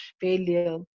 failure